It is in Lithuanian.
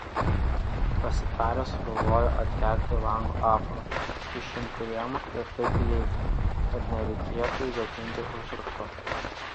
pasitarę sugalvojo atkelti lango apvadą išimti rėmą ir taip įeiti kad nereikėtų gadinti užrakto